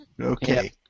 Okay